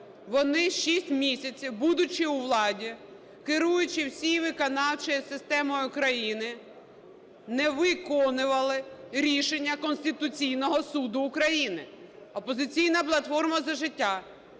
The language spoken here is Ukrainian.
вони 6 місяців, будучи у владі, керуючи всією виконавчою системою України, не виконували рішення Конституційного Суду України. "Опозиційна платформа – За життя"